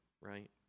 right